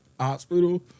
Hospital